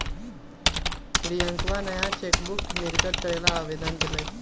रियंकवा नया चेकबुक निर्गत करे ला आवेदन देलय